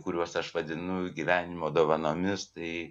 kuriuos aš vadinu gyvenimo dovanomis tai